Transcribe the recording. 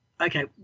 okay